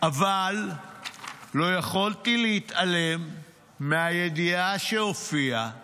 אבל לא יכולתי להתעלם מהידיעה שהופיעה